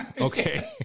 okay